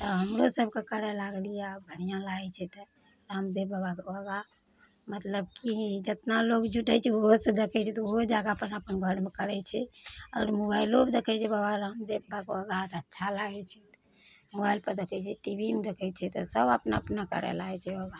तऽ हमरो सबके करय लागलियै आब बढ़िआँ लागै छै तऽ रामदेव बाबाके योगा मतलब की जितना लोग जुटै छै ओहो से देखै छै तऽ ओहो जगह अपन अपन घरमे करै छै आओर मोबाइलोके देखै छै बाबा रामदेव बाबाके योगा तऽ अच्छा लागै छै मोबाइल पर देखै छियै टी वी मे देखै छै तऽ सब अपना अपना करै लागै छै योगा